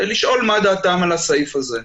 לשאול מה דעתם על הסעיף הזה.